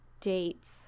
dates